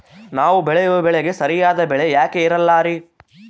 ನಾವು ಬೆಳೆಯುವ ಬೆಳೆಗೆ ಸರಿಯಾದ ಬೆಲೆ ಯಾಕೆ ಇರಲ್ಲಾರಿ?